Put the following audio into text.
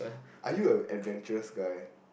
are you an adventurous guy